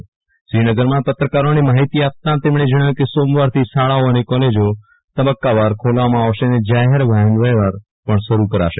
આજે શ્રીનગરમાં પત્રકારોને માહિતી આપતાં તેમણે જણા વ્યુ કે સોમવારથી શાળાઓ અને કોલેજો તબક્કાવાર ખોલવામાં આવશે અને જાહેર વાહન વ્યવહાર પણ શરૂ કરાશે